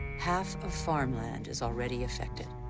half of farmland is already affected.